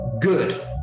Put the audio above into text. Good